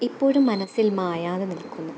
ഇപ്പോഴും മനസ്സില് മായാതെ നില്ക്കുന്നു